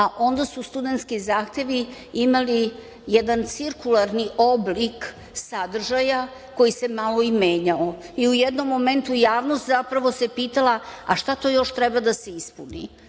a onda su studentski zahtevi imali jedan cirkularni oblik sadržaja koji se malo i menjao. U jednom momentu javnost se pitala - a šta to još treba da se ispuni? Mi